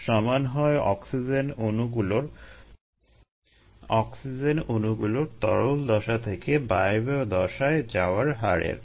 এরা উভয়ই ঘটতে থাকে এবং একটি নির্দিষ্ট পর্যায়ে এসে ঘনমাত্রাগুলো এমন দাঁড়ায় যে অক্সিজেনের বায়বীয় দশা থেকে তরল দশায় যাওয়ার হার সমান হয় অক্সিজেন অণুগুলোর তরল দশা থেকে বায়বীয় দশায় যাওয়ার হারের